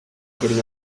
getting